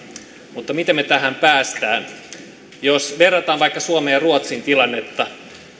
mutta miten me tähän pääsemme jos verrataan vaikka suomen ja ruotsin tilannetta